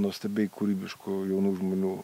nuostabiai kūrybiškų jaunų žmonių